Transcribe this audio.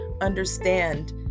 understand